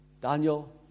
Daniel